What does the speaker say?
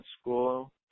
school